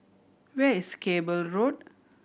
where is Cable Road